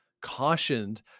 cautioned